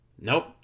Nope